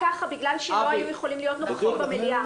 זה היה ככה בגלל שלא היו יכולים להיות נוכחים במליאה.